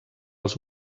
els